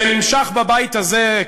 שנמשך בבית הזה.